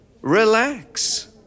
Relax